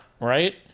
Right